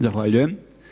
Zahvaljujem.